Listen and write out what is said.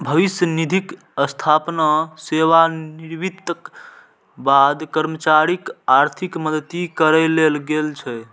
भविष्य निधिक स्थापना सेवानिवृत्तिक बाद कर्मचारीक आर्थिक मदति करै लेल गेल छै